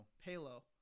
Palo